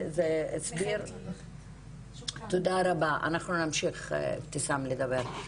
תודה רבה, אנחנו נמשיך לדבר.